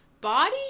body